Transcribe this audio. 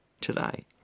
today